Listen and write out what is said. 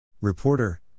Reporter